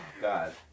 God